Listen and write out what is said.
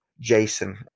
jason